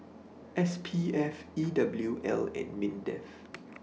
S P F E W L and Mindef